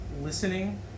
listening